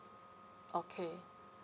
okay